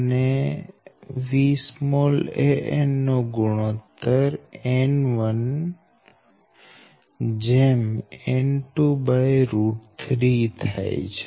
અનેVAnVan N1N23 થાય છે